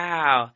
Wow